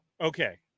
Okay